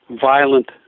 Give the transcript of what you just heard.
violent